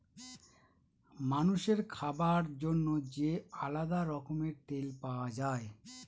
মানুষের খাবার জন্য যে আলাদা রকমের তেল পাওয়া যায়